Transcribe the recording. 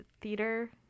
theater